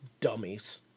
dummies